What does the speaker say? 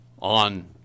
on